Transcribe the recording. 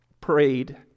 prayed